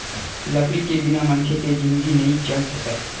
लकड़ी के बिना मनखे के जिनगी नइ चल सकय